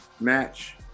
match